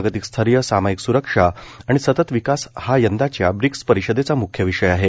जागतिक स्थैर्य सामायिक सुरक्षा आणि सतत विकास हा यंदाच्या ब्रिक्स परिषदेचा मुख्य विषय आहे